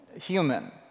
human